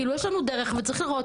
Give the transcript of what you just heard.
כאילו יש לנו דרך וצריך לראות,